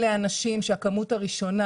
אלה אנשים שהכמות הראשונה,